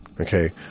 Okay